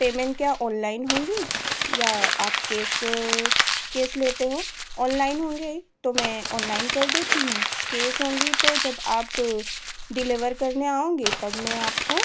payment क्या online होंगी या आप केस केस लेते हो ऑनलाइन होंगे तो मैं ऑनलाइन कर देती हूँ केस होंगे तो जब आप डिलेवर करने आओगे तब मैं आपको